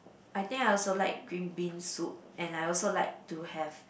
I think I also like green bean soup and I also like to have